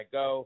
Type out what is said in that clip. go